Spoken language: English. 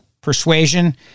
persuasion